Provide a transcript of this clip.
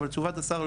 אבל תשובת השר,